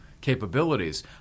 capabilities